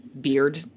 beard